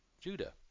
Judah